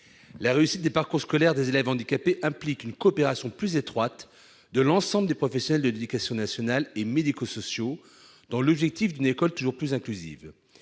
La réussite des parcours scolaires des élèves handicapés implique une coopération plus étroite de l'ensemble des professionnels de l'éducation nationale et du secteur médico-social, avec comme objectif une école toujours plus inclusive.